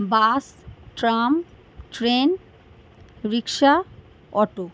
bus tram train rickshaw auto